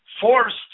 forced